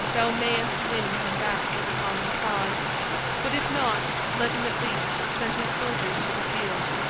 thou mayest win him back to the common cause but if not let him at least send his soldiers to the field,